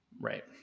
Right